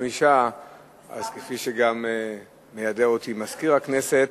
כפי שמיידע אותי מזכיר הכנסת,